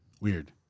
Weird